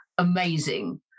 amazing